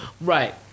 right